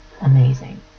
amazing